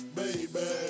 baby